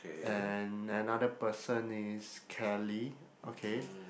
and another person is Kelly okay